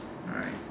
alright